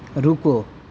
رکو